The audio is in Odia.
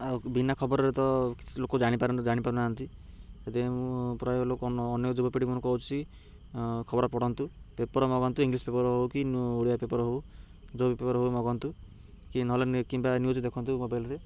ଆଉ ବିନା ଖବରରେ ତ କିଛି ଲୋକ ଜାଣିପାରୁ ଜାଣିପାରୁ ନାହାନ୍ତି ସେଥିାପାଇଁ ମୁଁ ପ୍ରାୟ ଲୋକ ଅନ୍ୟ ଯୁବପିଢ଼ିମାନଙ୍କୁ କହୁଛି ଖବର ପଢ଼ନ୍ତୁ ପେପର୍ ମଗାନ୍ତୁ ଇଂଲିଶ ପେପର୍ ହେଉ କି ଓଡ଼ିଆ ପେପର୍ ହେଉ ଯେଉଁ ପେପର୍ ହେଉ ମଗାନ୍ତୁ କି ନହେଲେ କିମ୍ବା ନ୍ୟୁଜ୍ ଦେଖନ୍ତୁ ମୋବାଇଲ୍ରେ